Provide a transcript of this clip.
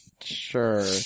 Sure